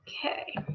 okay